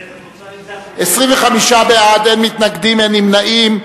25 בעד, אין מתנגדים, אין נמנעים.